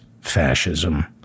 fascism